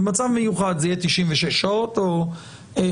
במצב מיוחד זה יהיה 96 שעות או יותר.